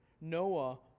Noah